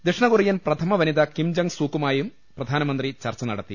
ദക്ഷിണകൊറിയൻ പ്രഥമ വനിത Kim Jung സൂക്കുമായും പ്രധാനമന്ത്രി ചർച്ച നടത്തി